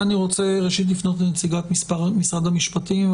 אני רוצה לפנות ראשית לנציגת משרד המשפטים.